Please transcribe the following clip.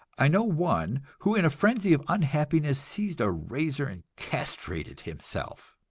i know one who in a frenzy of unhappiness seized a razor and castrated himself.